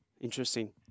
Interesting